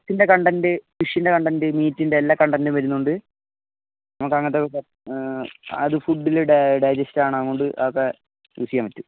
ഫുഡിൻ്റെ കണ്ടൻറ്റ് ഫിഷിൻ്റെ കണ്ടെൻറ്റ് മീറ്റിൻ്റെ എല്ലാ കണ്ടെൻ്റും വരുന്നതുകൊണ്ട് നമുക്ക് അങ്ങനത്തെ അത് ഫുഡിൽ ഡൈജസ്റ്റ് ആണ് അതുകൊണ്ട് അതൊക്കെ സൂക്ഷിക്കാൻ പറ്റും